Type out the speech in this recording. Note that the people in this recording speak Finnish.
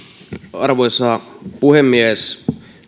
arvoisa puhemies